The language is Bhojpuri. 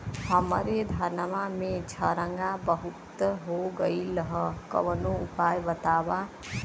हमरे धनवा में झंरगा बहुत हो गईलह कवनो उपाय बतावा?